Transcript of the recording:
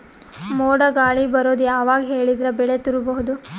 ಮೋಡ ಗಾಳಿ ಬರೋದು ಯಾವಾಗ ಹೇಳಿದರ ಬೆಳೆ ತುರಬಹುದು?